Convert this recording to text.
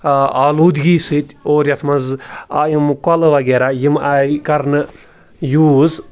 آلوٗدگی سۭتۍ اور یَتھ منٛز آے یِم کۄلہٕ وغیرہ یِم آے کَرنہٕ یوٗز